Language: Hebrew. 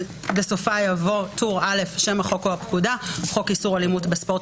בסופה יבוא: טור א' שם החוק או הפקודה "חוק איסור אלימות בספורט,